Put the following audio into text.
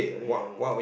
yesterday I'm